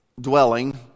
dwelling